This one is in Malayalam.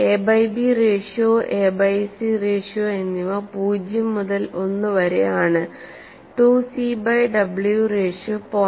A by B ratio A by C ratio എന്നിവ 0 മുതൽ 1 വരെ ആണ് 2സി ബൈ w റേഷ്യോ 0